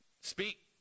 Speak